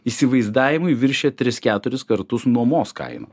įsivaizdavimui viršija tris keturis kartus nuomos kainą